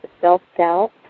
self-doubt